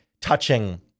touching